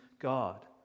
God